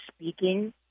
speaking